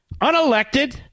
unelected